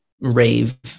rave